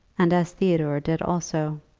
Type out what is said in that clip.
and as theodore did also.